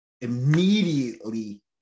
immediately